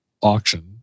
auction